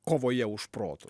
kovoje už protus